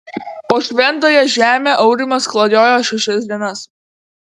po šventąją žemę aurimas klajojo šešias dienas